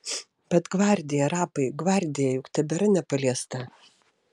bet gvardija rapai gvardija juk tebėra nepaliesta